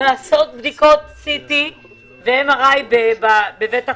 לעשות בדיקות CT ו-MRI בבית החולים.